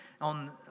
on